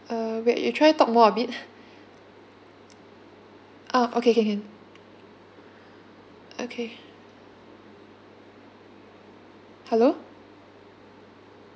uh wait you try talk more a bit ah okay can can okay hello